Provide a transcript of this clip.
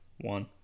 one